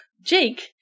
Jake